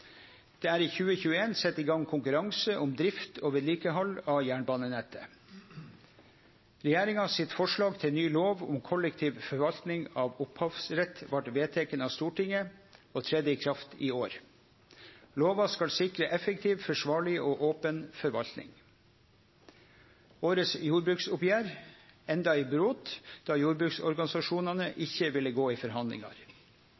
Det er i 2021 sett i gang konkurranse om drift og vedlikehald av jernbanenettet. Regjeringa sitt forslag til ny lov om kollektiv forvaltning av opphavsrett vart vedteke av Stortinget og tredde i kraft i år. Lova skal sikre effektiv, forsvarleg og open forvaltning. Årets jordbruksoppgjer enda i brot då jordbruksorganisasjonane